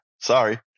sorry